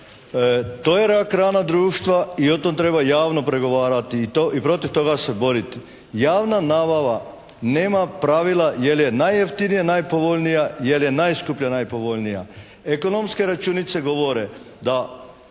To je rak rana društva i o tome treba javno pregovarati i protiv toga se boriti. Javna nabava nema pravila jer je najjeftinija najpovoljnija, jer je najskuplja najpovoljnija. Ekonomske računice govore da